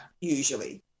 usually